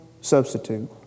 substitute